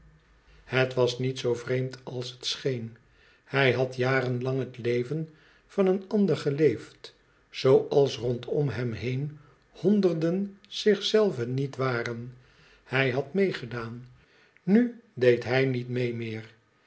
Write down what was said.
het was niet zoo vreemd als het scheen hij had jaren lang het leven van een ander geleefd zoo als rondom hem heen honderden zichzelve niet waren hij hadmeegedaan nu deed hij niet mee meer